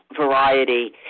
variety